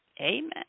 Amen